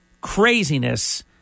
craziness